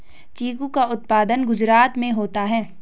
चीकू का उत्पादन गुजरात में होता है